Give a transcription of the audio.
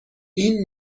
این